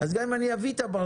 אז גם אם אני אביא את הברזל,